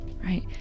right